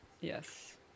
Yes